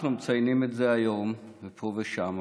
אנחנו מציינים את זה היום ופה ושם,